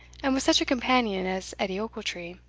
and with such a companion as edie ochiltree.